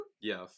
Yes